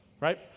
Right